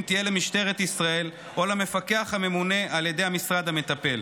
תהיה למשטרת ישראל או למפקח הממונה על ידי המשרד המטפל.